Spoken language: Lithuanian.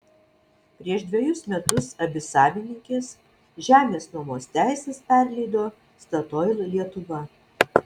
prieš dvejus metus abi savininkės žemės nuomos teises perleido statoil lietuva